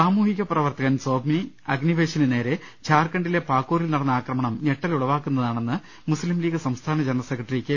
സാമൂഹിക പ്രവർത്തകൻ സ്വാമി അഗ്നിവേശിന് നേരെ ജാർഖ ണ്ഡിലെ പാക്കൂറിൽ നടന്ന ആക്രമണം ഞെട്ടലുളവാക്കുന്നതാണെന്ന് മുസ്ലിം ലീഗ് സംസ്ഥാന ജനറൽ സെക്രട്ടറി കെ